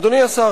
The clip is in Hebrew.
אדוני השר,